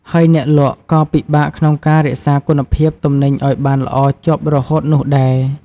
ហើយអ្នកលក់ក៏ពិបាកក្នុងការរក្សាគុណភាពទំនិញឲ្យបានល្អជាប់រហូតនោះដែរ។